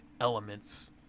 elements